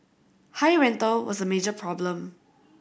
high rental was a major problem